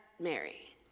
Mary